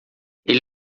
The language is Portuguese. ele